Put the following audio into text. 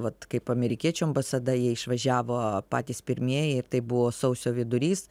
vat kaip amerikiečių ambasada jie išvažiavo patys pirmieji tai buvo sausio vidurys